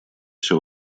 все